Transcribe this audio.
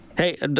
Hey